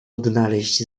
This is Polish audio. odnaleźć